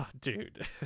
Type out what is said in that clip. dude